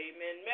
Amen